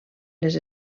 les